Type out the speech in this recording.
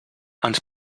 ens